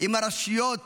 עם הרשויות